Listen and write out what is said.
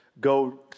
go